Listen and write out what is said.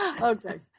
Okay